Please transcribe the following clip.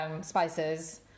spices